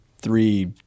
three